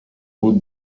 put